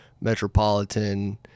metropolitan